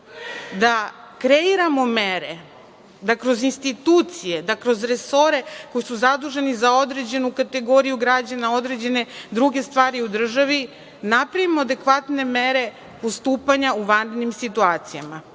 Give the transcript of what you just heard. da kreiramo mere, da kroz institucije, da kroz resore koji su zaduženi za određenu kategoriju građana, određene druge stvari u državi napravimo adekvatne mere postupanja u vanrednim situacijama,